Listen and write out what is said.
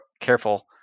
careful